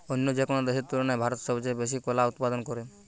অন্য যেকোনো দেশের তুলনায় ভারত সবচেয়ে বেশি কলা উৎপাদন করে